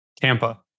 Tampa